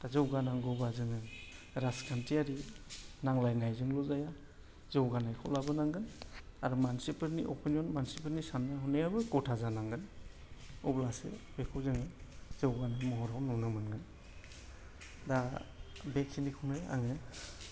दा जौगानांगौबा जोङो राजखान्थियारि नांलायनायजोंल' जाया जौगानायखौ लाबोनांगोन आरो मानसिफोरनि अपिनियन मानसिफोरनि सान्नाय हनायाबो गथा जानांगोन अब्लासो बेखौ जोङो जौगानायनि महराव नुनो मोनगोन दा बेखिनिखौनो आङो